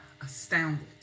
astounded